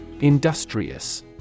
industrious